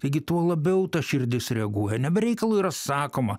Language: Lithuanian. taigi tuo labiau ta širdis reaguoja ne be reikalo yra sakoma